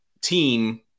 team